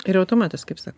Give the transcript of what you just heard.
ir automatas kaip sako